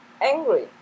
angry